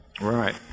Right